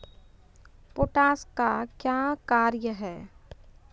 Potash का क्या कार्य हैं?